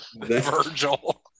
Virgil